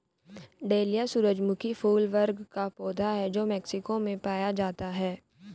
dahlia सूरजमुखी फूल वर्ग का पौधा है जो मेक्सिको में पाया जाता है